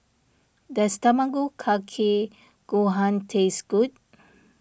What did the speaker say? does Tamago Kake Gohan taste good